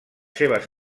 seves